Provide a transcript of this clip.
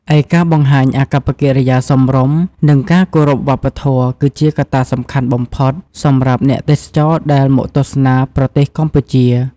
ឯការបង្ហាញ អាកប្បកិរិយាសមរម្យ និងការគោរពវប្បធម៌ គឺជាកត្តាសំខាន់បំផុតសម្រាប់អ្នកទេសចរដែលមកទស្សនាប្រទេសកម្ពុជា។